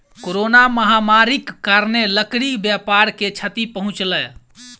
corona महामारीक कारणेँ लकड़ी व्यापार के क्षति पहुँचल